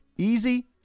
Easy